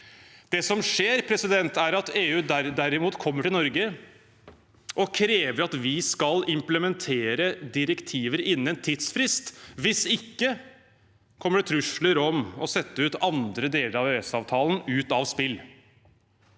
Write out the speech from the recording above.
Det som skjer, er at EU derimot kommer til Norge og krever at vi skal implementere direktiver innen en tidsfrist – hvis ikke kommer det trusler om å sette andre deler av EØS-avtalen ut av spill.